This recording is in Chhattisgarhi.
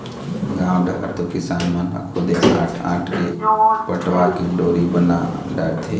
गाँव डहर तो किसान मन ह खुदे आंट आंट के पटवा के डोरी बना डारथे